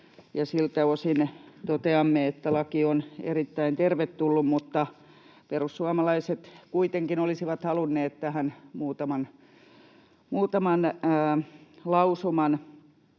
siltä osin toteamme, että laki on erittäin tervetullut, mutta perussuomalaiset kuitenkin olisivat halunneet tähän muutaman lausuman